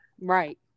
Right